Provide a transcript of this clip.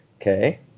Okay